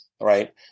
right